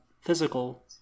physical